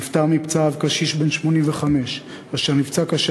נפטר מפצעיו קשיש בן 85 אשר נפצע קשה